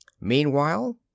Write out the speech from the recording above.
Meanwhile